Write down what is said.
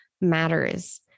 matters